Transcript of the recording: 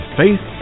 faith